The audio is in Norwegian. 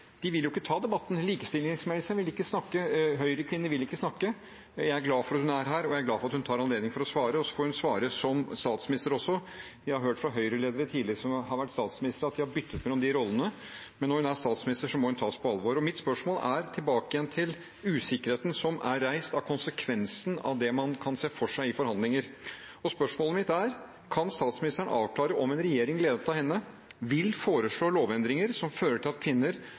vil jo ikke ta debatten. Likestillingsministeren vil ikke snakke, Høyre-kvinnene vil ikke snakke. Jeg er glad for at hun er her, og jeg er glad for at hun tar anledningen til å svare, og så får hun også svare som statsminister. Jeg har hørt fra Høyre-ledere tidligere som har vært statsministere, at de har byttet mellom de rollene, men når hun er statsminister, må hun tas på alvor. Mitt spørsmål er, tilbake til usikkerheten som er reist om konsekvensen av det man kan se for seg i forhandlinger: «I presseoppslag før KrFs landsmøte har vi lest at statsminister Solberg åpner for å gi KrF støtte til lovendring som omfatter retten til